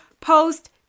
post